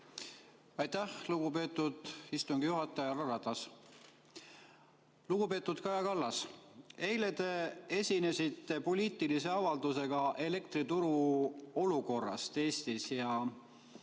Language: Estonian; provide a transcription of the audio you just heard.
Aitäh, lugupeetud istungi juhataja härra Ratas! Lugupeetud Kaja Kallas! Eile te esinesite poliitilise avaldusega elektrituru olukorrast Eestis ja